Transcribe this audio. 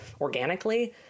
organically